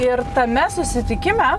ir tame susitikime